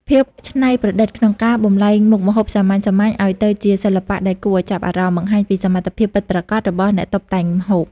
ភាពច្នៃប្រឌិតក្នុងការបំប្លែងមុខម្ហូបសាមញ្ញៗឱ្យទៅជាសិល្បៈដែលគួរឱ្យចាប់អារម្មណ៍ បង្ហាញពីសមត្ថភាពពិតប្រាកដរបស់អ្នកតុបតែងម្ហូប។